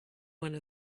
one